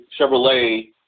Chevrolet